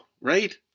right